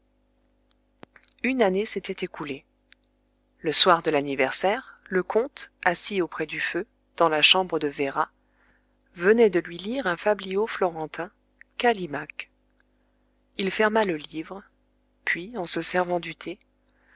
une année s'était écoulée le soir de l'anniversaire le comte assis auprès du feu dans la chambre de véra venait de lui lire un fabliau florentin callimaque il ferma le livre puis en se servant du thé